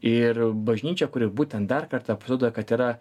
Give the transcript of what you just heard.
ir bažnyčia kuri būtent dar kartą pasirodo kad yra